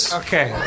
okay